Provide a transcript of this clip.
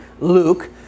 Luke